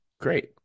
great